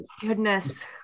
goodness